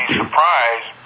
surprised